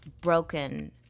broken